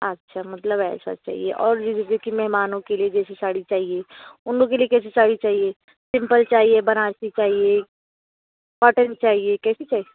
अच्छा मतलब ऐसा चाहिए और ले लीजिए कि मेहमानों के लिए जैसी साड़ी चाहिए उन लोग के लिए कैसी साड़ी चाहिए सिम्पल चाहिए बनारसी चाहिए कॉटन चाहिए कैसी चाहिए